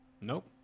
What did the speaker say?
nope